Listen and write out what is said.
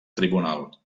tribunal